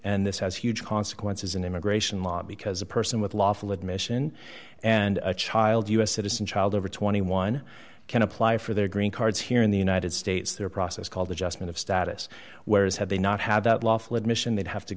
and this has huge consequences in immigration law because a person with lawful admission and a child u s citizen child over twenty one can apply for their green cards here in the united states their process called adjustment of status whereas had they not have that lawful admission they'd have to